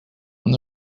when